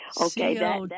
Okay